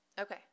Okay